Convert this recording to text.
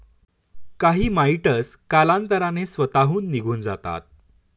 काही माइटस कालांतराने स्वतःहून निघून जातात